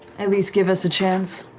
at least give us a chance?